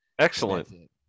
Excellent